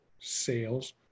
sales